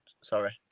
Sorry